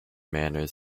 manners